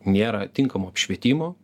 nėra tinkamo apšvietimo